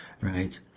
right